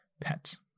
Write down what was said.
pets